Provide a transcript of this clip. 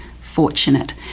fortunate